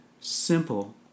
simple